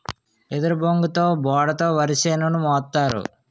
ఎదురుబొంగుతో బోడ తో వరిసేను మోస్తారు